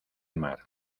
mar